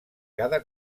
cada